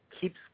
keeps